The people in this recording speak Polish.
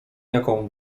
jaką